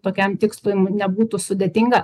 tokiam tikslui nebūtų sudėtinga